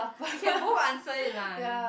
we can both answer it lah I mean